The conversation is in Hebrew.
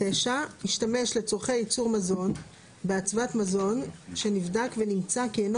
9. השתמש לצרכי ייצור מזון באצוות מזון שנבדק ונמצא כי אינו